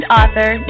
author